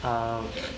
uh